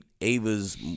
Ava's